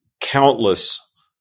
countless